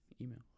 email